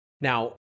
Now